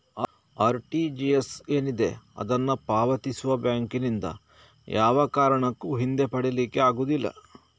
RTGS ಏನಿದೆ ಅದನ್ನ ಪಾವತಿಸುವ ಬ್ಯಾಂಕಿನಿಂದ ಯಾವ ಕಾರಣಕ್ಕೂ ಹಿಂದೆ ಪಡೀಲಿಕ್ಕೆ ಆಗುದಿಲ್ಲ